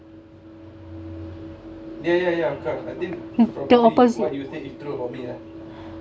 the opposite